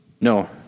No